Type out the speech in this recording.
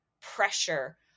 pressure